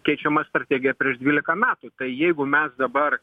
keičiama strategija prieš dvylika metų tai jeigu mes dabar